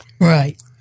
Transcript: Right